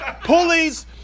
pulleys